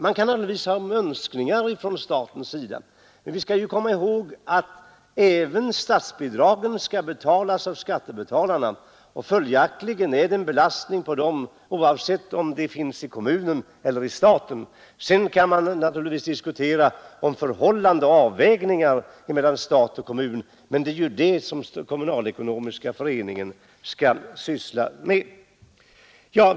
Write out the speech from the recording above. Man kan hänvisa till önskningar från statens sida, men vi skall komma ihåg att även statsbidragen skall betalas av skattebetalarna. Följaktligen är det en belastning, oavsett om pengarna skall betalas av kommunen eller av staten. Man kan naturligtvis diskutera avvägningarna mellan stat och kommun, men det är ju det som kommunalekonomiska utredningen skall syssla med.